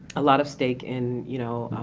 a lot of stake in, you know,